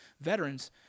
veterans